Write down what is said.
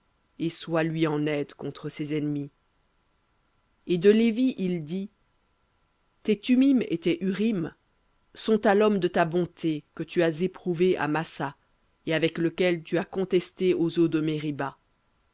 et sois lui en aide contre ses ennemis v et de lévi il dit tes thummim et tes urim sont à l'homme de ta bonté que tu as éprouvé à massa avec lequel tu as contesté aux eaux de meriba